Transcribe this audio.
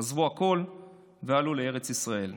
עזבו הכול ועלו לארץ ישראל.